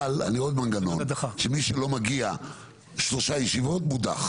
אבל יש עוד מנגנון שמי שלא מגיע שלוש ישיבות מודח.